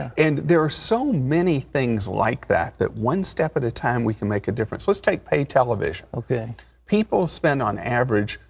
and there are so many things like that, that one step at a time we can make a difference. let's take pay television. people spend on average,